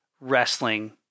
wrestling